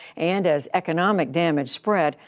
and as economic damage spread,